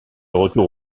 retour